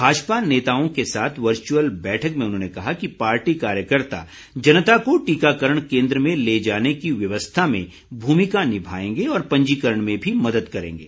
भाजपा नेताओं के साथ वर्चुअल बैठक में उन्होंने कहा कि पार्टी कार्यकर्ता जनता को टीकाकरण केन्द्र में ले जाने की व्यवस्था में भूमिका निभाएंगे और पंजीकरण में भी मदद करेंगे